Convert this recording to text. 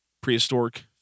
prehistoric